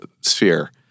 sphere